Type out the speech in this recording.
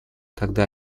когда